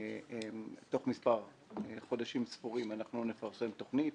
תוך חודשים ספורים, נפרסם תוכנית